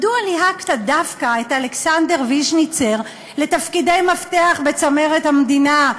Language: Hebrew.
מדוע ליהקת דווקא את אלכסנדר ויז'ניצר לתפקידי מפתח בצמרת המדינה,